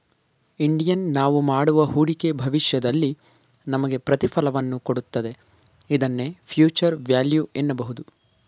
Indian ನಾವು ಮಾಡುವ ಹೂಡಿಕೆ ಭವಿಷ್ಯದಲ್ಲಿ ನಮಗೆ ಪ್ರತಿಫಲವನ್ನು ಕೊಡುತ್ತದೆ ಇದನ್ನೇ ಫ್ಯೂಚರ್ ವ್ಯಾಲ್ಯೂ ಎನ್ನಬಹುದು